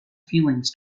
feelings